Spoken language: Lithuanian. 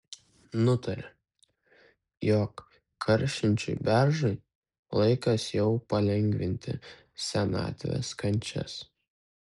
nutarė jog karšinčiui beržui laikas jau palengvinti senatvės kančias